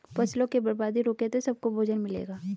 फसलों की बर्बादी रुके तो सबको भोजन मिलेगा